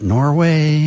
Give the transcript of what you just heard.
Norway